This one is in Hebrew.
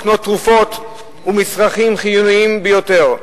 לקנות תרופות ומצרכים חיוניים ביותר.